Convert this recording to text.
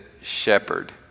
shepherd